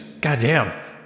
Goddamn